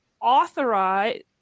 authorize